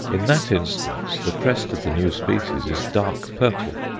in that instance, the crest of the new species is dark purple.